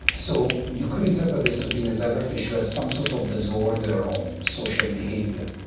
so you could interpret this as being a zebrafish who has some sort of disorder of social behaviour.